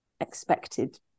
expected